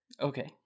Okay